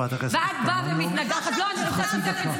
אבל את באה ומתנגחת --- אני שמחה שאת משכנעת את